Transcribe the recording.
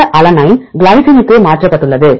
இந்த அலனைன் கிளைசினுக்கு மாற்றப்பட்டுள்ளது